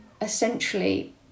essentially